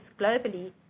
globally